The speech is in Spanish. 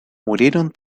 murieron